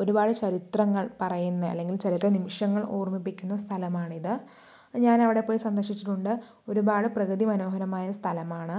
ഒരുപാട് ചരിത്രങ്ങൾ പറയുന്ന അല്ലെങ്കിൽ ചരിത്ര നിമിഷങ്ങൾ ഓർമിപ്പിക്കുന്ന സ്ഥലമാണ് ഇത് ഞാൻ അവിടെ പോയി സന്തോഷിച്ചിട്ടുണ്ട് ഒരുപാട് പ്രകൃതി മനോഹരമായ സ്ഥലമാണ്